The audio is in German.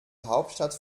hauptstadt